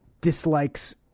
dislikes